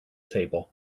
table